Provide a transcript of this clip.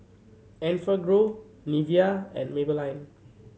Enfagrow Nivea and Maybelline